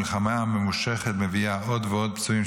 המלחמה הממושכת מביאה עוד ועוד פצועים,